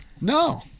No